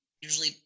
usually